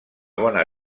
bona